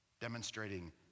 demonstrating